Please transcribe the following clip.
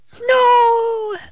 No